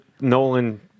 Nolan